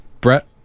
Brett